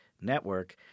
network